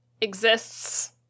exists